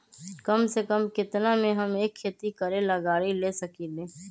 कम से कम केतना में हम एक खेती करेला गाड़ी ले सकींले?